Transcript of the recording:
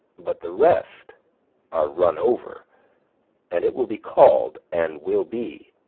but the rest are run over and it will be called, and will be,